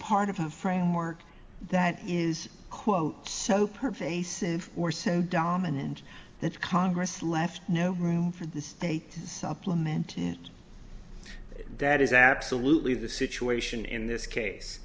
support of a framework that is quote so pervasive or so dominant that congress left no room for the state supplement that is absolutely the situation in this case